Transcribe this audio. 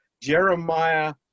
Jeremiah